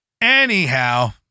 Anyhow